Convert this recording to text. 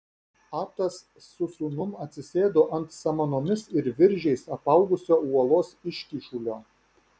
atas su sūnum atsisėdo ant samanomis ir viržiais apaugusio uolos iškyšulio